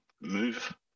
move